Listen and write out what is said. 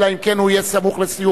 אלא אם כן הוא יהיה סמוך לסיומו.